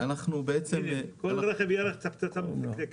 כל רכב יהיה פצצה מתקתקת.